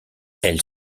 elle